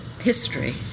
history